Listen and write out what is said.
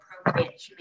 appropriate